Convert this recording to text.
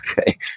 okay